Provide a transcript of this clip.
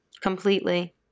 Completely